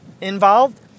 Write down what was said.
involved